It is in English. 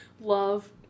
love